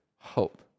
hope